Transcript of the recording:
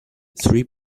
three